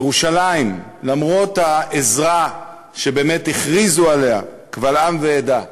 ירושלים, למרות העזרה שהכריזו עליה קבל עם ועדה,